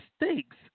mistakes